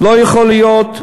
לא יכול להיות,